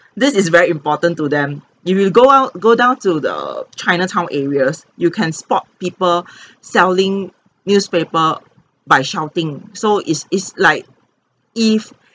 this is very important to them if you go out go down to the chinatown areas you can spot people selling newspaper by shouting so is is like if